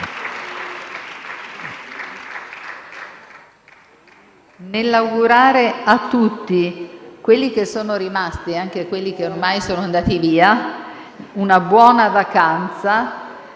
Nell'augurare a tutti, a quelli che ci sono e anche a quelli che ormai sono andati via, una buona vacanza,